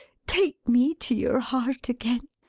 take me to your heart again!